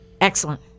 Excellent